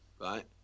right